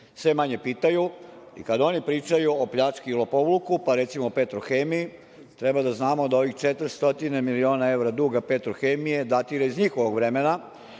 sve manje pitaju. Kad oni pričaju o pljački i lopovluku, pa recimo o „Petrohemiji“, treba da znamo da ovih 400 miliona evra duga „Petrohemije“ datira iz njihovog vremena